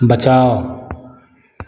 बचाओ